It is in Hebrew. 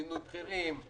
מינוי בכירים,